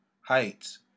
Heights